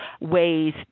ways